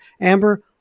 Amber